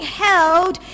held